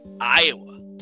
Iowa